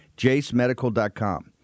JaceMedical.com